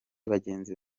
abagenzi